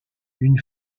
une